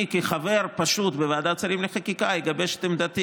אני כחבר פשוט בוועדת שרים לחקיקה אגבש את עמדתי